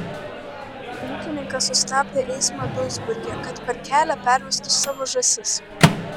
ūkininkas sustabdė eismą duisburge kad per kelia pervestų savo žąsis